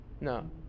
No